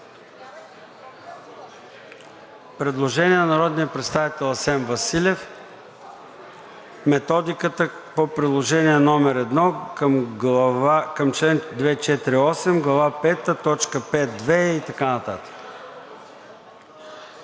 Предложение на народния представител Асен Василев – методиката по Приложение № 1 към чл. 248, Глава пета, т. 52 и така нататък.